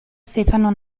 stefano